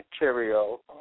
material